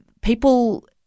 people